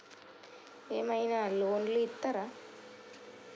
ఏమైనా లోన్లు ఇత్తరా?